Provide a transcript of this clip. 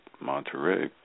Monterey